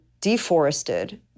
deforested